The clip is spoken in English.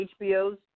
HBO's